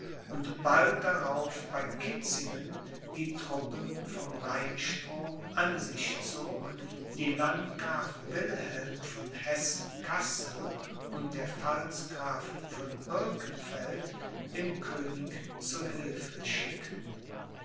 und bald darauf bei kitzingen die truppen vom rheinstrom an sich zog die landgraf wilhelm von hessen kassel und der pfalzgraf von birkenfeld dem könig zu hilfe schickten